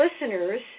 listeners